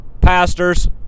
pastors